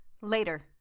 Later